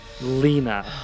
Lena